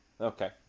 Okay